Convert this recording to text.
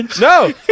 No